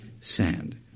sand